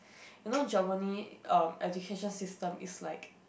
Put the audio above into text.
you know Germany uh education system is like